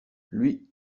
lui